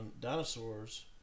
dinosaurs